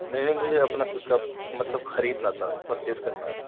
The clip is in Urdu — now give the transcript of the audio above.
نہیں نہیں مجھے اپنا خود کا مطلب خریدنا تھا پرچیز کرنا ہے